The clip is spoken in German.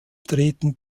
treten